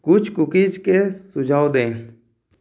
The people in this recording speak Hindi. कुछ कुकीज़ के सुझाव दें